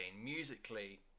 Musically